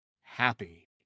happy